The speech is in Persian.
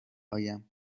آیم